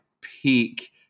peak